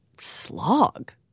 slog